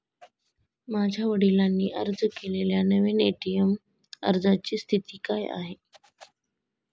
माझ्या वडिलांनी अर्ज केलेल्या नवीन ए.टी.एम अर्जाची स्थिती काय आहे?